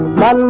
la